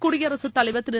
குடியரசுத் தலைவர் திரு